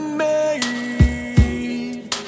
made